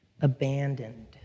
abandoned